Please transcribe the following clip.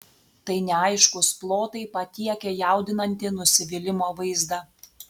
tai neaiškūs plotai patiekią jaudinantį nusivylimo vaizdą